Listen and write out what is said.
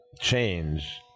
change